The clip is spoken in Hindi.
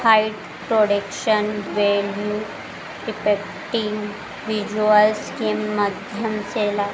high production value effective visuals के मध्यम से ला